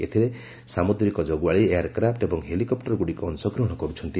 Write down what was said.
ଏଥିରେ ସାମୁଦ୍ରିକ ଜଗୁଆଳି ଏୟାରକ୍ରାଫ୍ଟ ଏବଂ ହେଲିକପ୍ଟରଗୁଡ଼ିକ ଅଂଶଗ୍ରହଣ କର୍ତ୍ଥନ୍ତି